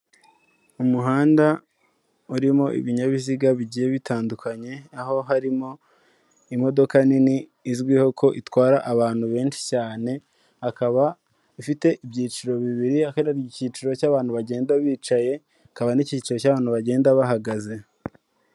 Umuhanda urimo ibinyabiziga bigiye bitandukanye, aho harimo imodoka nini izwiho ko itwara abantu benshi cyane, akaba afite ibyiciro bibiri, hakaba hari icyiciro cy'abantu bagenda bicaye, hakaba n'iyiciro cy'abantu bagenda bahagaze.